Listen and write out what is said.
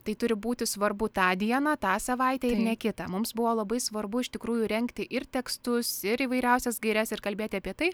tai turi būti svarbu tą dieną tą savaitę ir ne kitą mums buvo labai svarbu iš tikrųjų rengti ir tekstus ir įvairiausias gaires ir kalbėti apie tai